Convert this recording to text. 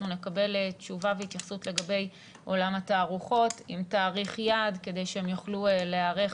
נקבל תשובה והתייחסות לגבי עולם התערוכות עם תאריך יעד כדי שהם יוכלו להיערך